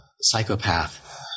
psychopath